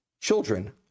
children